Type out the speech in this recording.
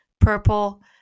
purple